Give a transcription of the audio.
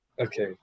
Okay